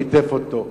ליטף אותו,